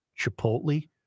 chipotle